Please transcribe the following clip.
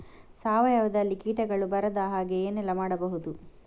ಸಾವಯವದಲ್ಲಿ ಕೀಟಗಳು ಬರದ ಹಾಗೆ ಏನೆಲ್ಲ ಮಾಡಬಹುದು?